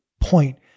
point